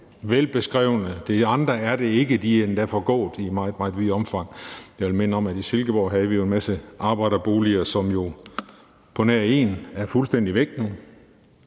velbeskrevne, de andre er det ikke. De er endda forgået i meget, meget vidt omfang. Jeg vil minde om, at vi jo i Silkeborg havde en masse arbejderboliger, som jo på nær en er fuldstændig væk nu